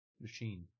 machine